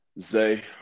Zay